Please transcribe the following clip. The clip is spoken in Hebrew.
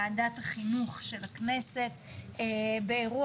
אני מאוד שמחה ונרגשת לפתוח את ועדת החינוך של הכנסת באירוע